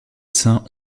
saints